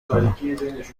کنه